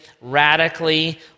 radically